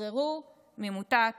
תשתחררו ממוטת